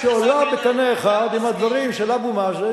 שעולה בקנה אחד עם הדברים של אבו מאזן,